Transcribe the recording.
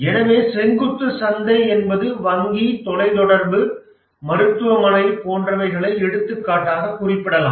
எனவே செங்குத்து சந்தை என்பதை வங்கி தொலைத் தொடர்பு மருத்துவமனை போன்றவைகளை எடுத்துக்காட்டாக குறிப்பிடலாம்